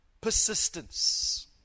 Persistence